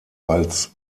als